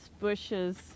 bushes